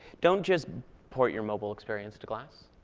don't just port your mobile experience to glass.